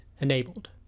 enabled